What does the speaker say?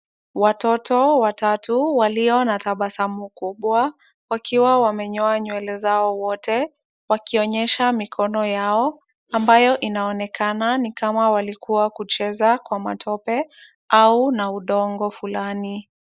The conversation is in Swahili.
Watoto watatu walio na tabasamu kubwa wakiwa wamenyoa nywele zao wote wakionyesha mikono yao ambayo inaonekana ni kama walikuwa kucheza kwa matope au na udongo fulani.